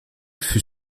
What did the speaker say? fut